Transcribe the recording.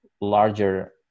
larger